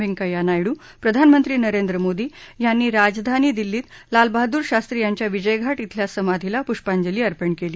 व्यंकैय्या नायडू प्रधानमंत्री नरेंद्र मोदी यांनी राजधानी दिल्लीत लालबहादूर शास्त्री यांच्या विजय घाट इथल्या समाधीला पुष्पांजली अर्पण केली